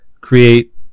create